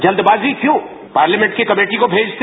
जल्दबाजी क्यों पार्लियामेंट की कमेटी को भेजते